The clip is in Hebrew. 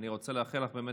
אני רוצה לאחל לך הצלחה.